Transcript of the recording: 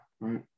right